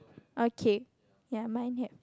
okay ya mine have